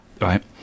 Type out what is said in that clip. right